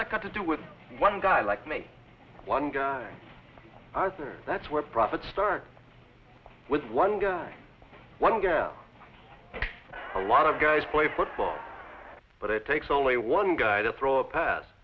that got to do with one guy like me one guy i think that's where profits start with one guy one gal a lot of guys play football but it takes only one guy don't throw a pas